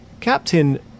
Captain